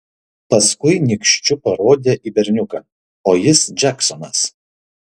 paskui nykščiu parodė į berniuką o jis džeksonas